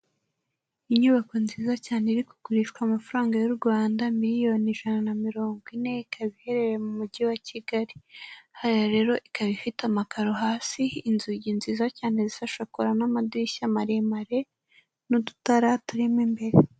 Inyubako nziza cyane iri kugurishwa amafaranga y'u Rwanda, miliyoni ijana na mirongo ine. Ikaba iherereye mu mujyi wa Kigali. Hariya rero ikaba ifite amakaro hasi, inzugi nziza cyane zisa shokora n'amadirishya maremare, n'udutara turimo imbere.